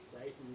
right